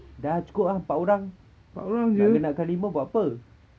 dah cukup ah empat orang nak genapkan lima buat apa